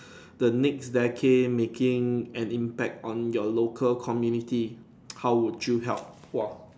the next decade making an impact on your local community how would you help [wah]